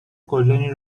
گلدانی